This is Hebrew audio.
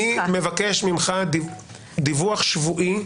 מבקש ממך דיווח שבועי על